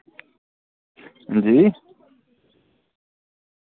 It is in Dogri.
हां जी